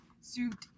suit